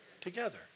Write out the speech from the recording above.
together